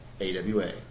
AWA